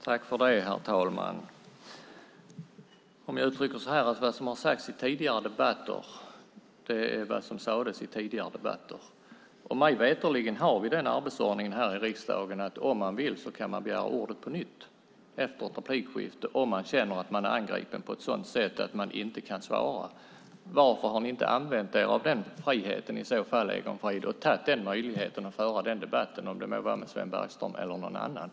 Herr talman! Jag skulle vilja uttrycka det så här: Det som har sagts i tidigare debatter är vad som sades i tidigare debatter. Mig veterligen har vi den arbetsordningen här i riksdagen att om man vill kan man begära ordet på nytt efter ett replikskifte om man känner att man blivit angripen och inte kan svara. Varför har ni inte använt er av den friheten i så fall, Egon Frid, och tagit den möjligheten att föra en debatt med Sven Bergström eller någon annan?